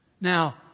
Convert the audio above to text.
Now